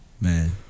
Man